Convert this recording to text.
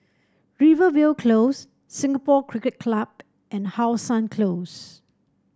Rivervale Close Singapore Cricket Club and How Sun Close